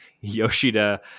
Yoshida